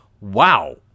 wow